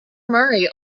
murray